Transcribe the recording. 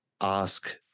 Ask